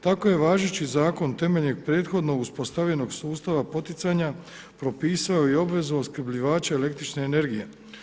Tako je važeći zakon temeljnog prethodnog uspostavljenog sustava poticanja propisao i obvezu oskrbljivača električne energije.